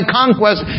conquest